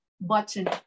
button